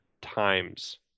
times